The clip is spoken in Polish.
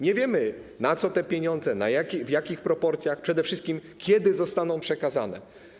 Nie wiemy, na co te pieniądze, w jakich proporcjach, a przede wszystkim kiedy zostaną przekazane.